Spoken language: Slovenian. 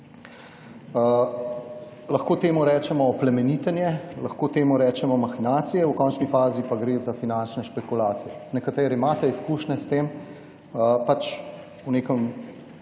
Lahko temu rečemo oplemenitenje, lahko temu rečemo mahinacije, v končni fazi pa gre za finančne špekulacije. Nekateri imate izkušnje s tem. V nekem